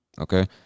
Okay